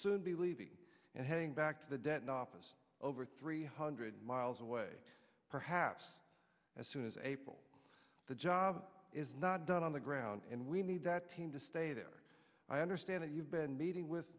soon be leaving and heading back to the debt nop is over three hundred miles away perhaps as soon as april the job is not done on the ground and we need that team to stay there i understand it you've been meeting with